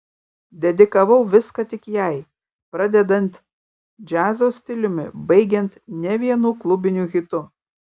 dedikavau viską tik jai pradedant džiazo stiliumi baigiant ne vienu klubiniu hitu